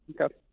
Okay